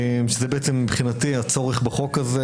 זה בעצם מבחינתי הצורך בחוק הזה.